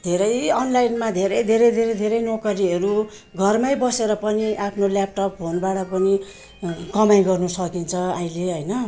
धेरै अनलाइनमा धेरै धेरै धेरै धेरै नोकरीहरू घरमै बसेर पनि आफ्नो ल्यापटप फोनबाट पनि कमाइ गर्नु सकिन्छ अहिले होइन